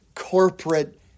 corporate